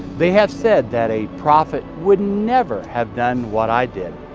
they have said that a prophet would never have done what i did.